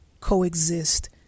coexist